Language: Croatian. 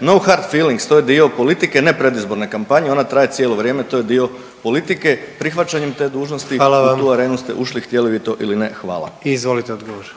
no hard feelings to je dio politike, ne predizborne kampanje ona traje cijelo vrijeme, to je dio politike. Prihvaćanjem te dužnosti …/Upadica: Hvala vam./… u tu arenu ušli htjeli vi to ili ne. Hvala. **Jandroković,